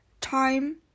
time